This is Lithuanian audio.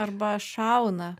arba šauna